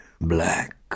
black